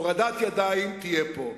הורדת ידיים תהיה פה.